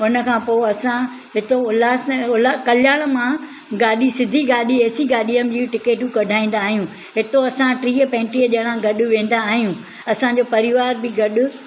उनखां पोइ असां हितो उल्हास नगर कल्याण मां गाॾी सिधी गाॾी एसी गाॾियुनि जी टिकेट कढाईंदा आहियूं हितो असां टीह पंटीह ॼणा गॾु वेंदा आहियूं असांजो परिवार बि गॾु